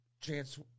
chance